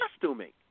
costuming